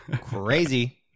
Crazy